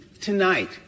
tonight